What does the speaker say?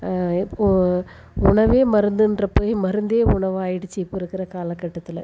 இப்போ உணவே மருந்துன்றது போயி மருந்தே உணவாயிடுச்சு இப்போ இருக்குகிற கால கட்டத்தில்